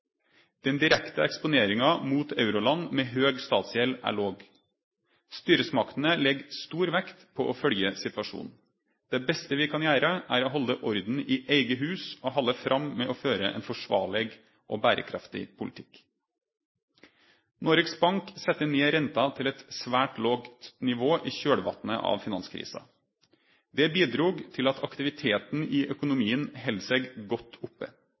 Den direkte eksponeringa mot euroland med høg statsgjeld er låg. Styresmaktene legg stor vekt på å følgje situasjonen. Det beste vi kan gjere, er å halde orden i eige hus og halde fram med å føre ein forsvarleg og berekraftig politikk. Noregs Bank sette ned renta til eit svært lågt nivå i kjølvatnet av finanskrisa. Det bidrog til at aktiviteten i økonomien heldt seg godt oppe.